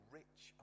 rich